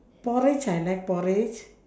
porridge I like porridge